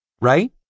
Right